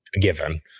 given